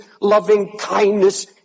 loving-kindness